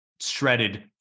shredded